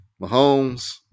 Mahomes